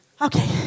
Okay